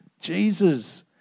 Jesus